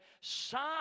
sign